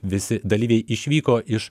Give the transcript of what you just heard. visi dalyviai išvyko iš